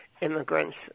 immigrants